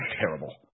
terrible